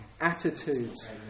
attitudes